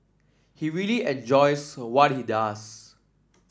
he really enjoys what he does